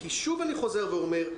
כי שוב אני חוזר ואומר,